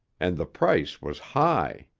and the price was high.